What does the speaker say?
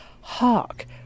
hark